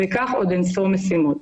כך עוד אין-ספור משימות.